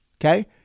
Okay